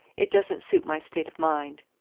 it doesn't suit my state of mind.